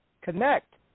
connect